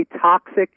toxic